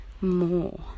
more